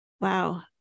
wow